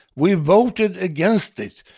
we voted against it.